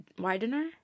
Widener